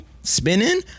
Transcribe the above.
Spinning